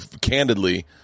candidly –